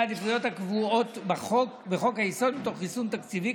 העדיפויות הקבועים בחוק-היסוד מתוך ריסון תקציבי,